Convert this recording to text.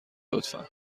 لطفا